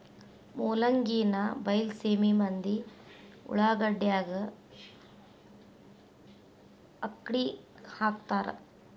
ಮೂಲಂಗಿನಾ ಬೈಲಸೇಮಿ ಮಂದಿ ಉಳಾಗಡ್ಯಾಗ ಅಕ್ಡಿಹಾಕತಾರ